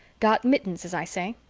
got mittens, as i say.